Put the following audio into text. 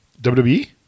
WWE